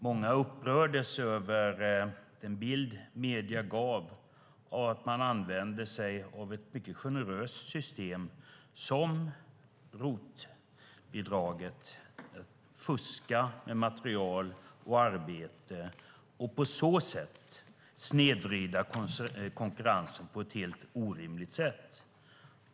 Många upprördes över den bild medierna gav av att man använder sig av ett mycket generöst system, som ROT-bidraget, för att fuska med material och arbete och på så sätt snedvrida konkurrensen på ett helt orimligt sätt.